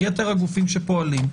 יתר הגופים שפועלים,